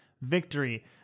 victory